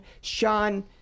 Sean